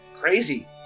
crazy